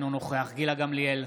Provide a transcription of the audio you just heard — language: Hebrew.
אינו נוכח גילה גמליאל,